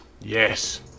Yes